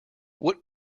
what